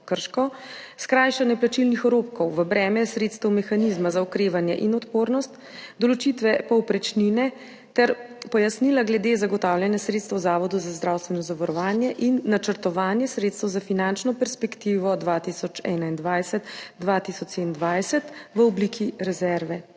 skrajšanje plačilnih rokov v breme sredstev mehanizma za okrevanje in odpornost, določitve povprečnine ter pojasnila glede zagotavljanja sredstev Zavodu za zdravstveno zavarovanje in načrtovanje sredstev za finančno perspektivo 2021–2027 v obliki rezerve.